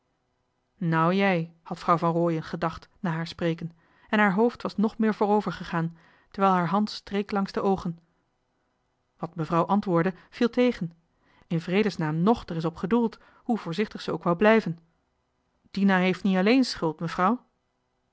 nou jij had vrouw van rooien gedacht na haar spreken en haar hoofd was nog meer voorover gegaan terwijl haar hand streek langs de oogen wat mevrouw antwoordde viel tegen in vredesnaam ng d'er es op gedoeld hoe voorzichtig ze ook wou blijven dina heef niet alleen schuld